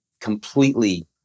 completely